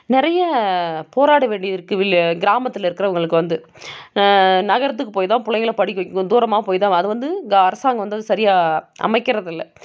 நிறைய போராட வேண்டியிருக்குது கிராமத்தில் இருக்கிறவங்களுக்கு வந்து நகரத்துக்கு போய் தான் பிள்ளைங்கள படிக்க வக்கணும் தூரமாக போயி தான் அது வந்து அரசாங்கம் வந்து சரியாக அமைக்கிறது இல்லை